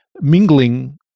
mingling